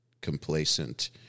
complacent